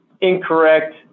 incorrect